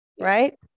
Right